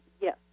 Yes